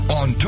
on